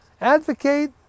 Advocate